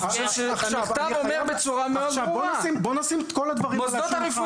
אני חושב שהמכתב אומר בצורה מאוד ברורה: מוסדות הרפואיים